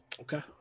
okay